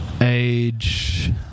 age